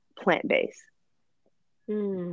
plant-based